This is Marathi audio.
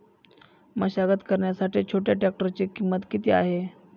मशागत करण्यासाठी छोट्या ट्रॅक्टरची किंमत किती आहे?